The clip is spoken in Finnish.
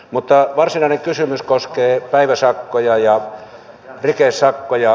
mutta varsinainen kysymys koskee päiväsakkoja ja rikesakkoja